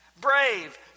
Brave